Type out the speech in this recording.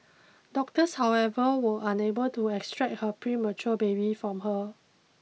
doctors however were unable to extract her premature baby from her